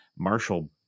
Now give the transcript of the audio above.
Marshall